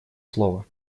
слово